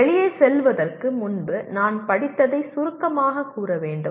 வெளியே செல்வதற்கு முன்பு நான் படித்ததை சுருக்கமாகக் கூற வேண்டும்